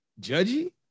judgy